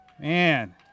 Man